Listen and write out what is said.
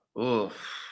Oof